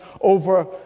over